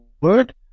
word